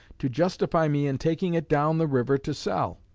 to justify me in taking it down the river to sell.